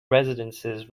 residences